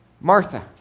Martha